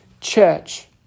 church